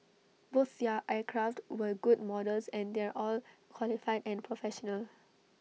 both their aircraft were good models and they're all qualified and professional